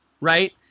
right